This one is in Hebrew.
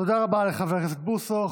תודה רבה לחבר הכנסת בוסו.